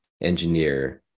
engineer